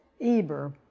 Eber